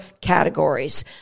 categories